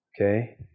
Okay